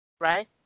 right